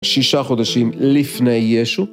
שישה חודשים לפני ישו.